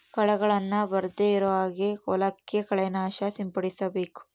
ಕಳೆಗಳನ್ನ ಬರ್ದೆ ಇರೋ ಹಾಗೆ ಹೊಲಕ್ಕೆ ಕಳೆ ನಾಶಕ ಸಿಂಪಡಿಸಬೇಕು